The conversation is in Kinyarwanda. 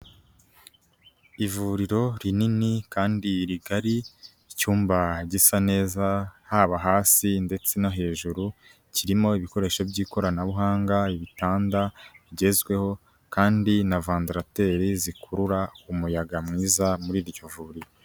Ivuriro rinini kandi rigari, icyumba gisa neza haba hasi ndetse no hejuru, kirimo ibikoresho by'ikoranabuhanga, ibitanda bigezweho kandi na vandarateri zikurura umuyaga mwiza muri iryo vuriro.